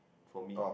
for me